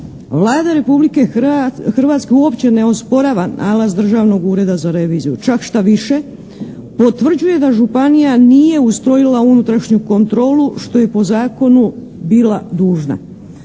Vlada Republike Hrvatske uopće ne osporava nalaz Državnog ureda za reviziju, čak štoviše potvrđuje da županija nije ustrojila unutrašnju kontrolu što je po zakonu bila dužna.